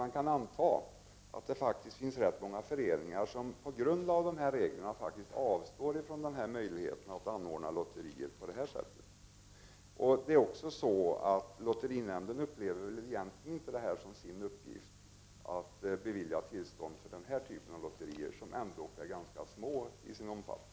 Man kan emellertid anta att det finns ganska många föreningar som på grund av de här reglerna avstår från möjligheterna att anordna lotteri på det här sättet. Lotterinämnden upplever egentligen inte heller att det är dess uppgift att bevilja tillstånd för denna typ av lotterier, som ändå är ganska små till sin omfattning.